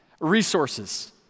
resources